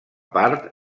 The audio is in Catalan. part